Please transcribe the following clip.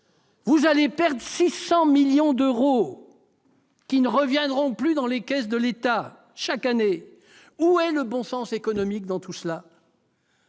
Vous allez perdre chaque année 600 millions d'euros, qui ne reviendront plus dans les caisses de l'État. Où est le bon sens économique dans tout cela ?